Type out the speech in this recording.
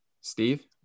Steve